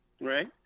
Right